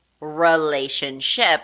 relationship